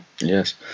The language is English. Yes